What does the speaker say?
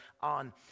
on